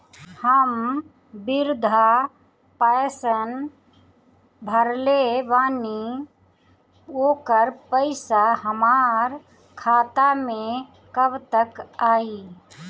हम विर्धा पैंसैन भरले बानी ओकर पईसा हमार खाता मे कब तक आई?